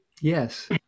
Yes